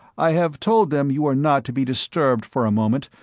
i have told them you are not to be disturbed for a moment,